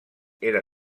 era